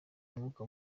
umwuka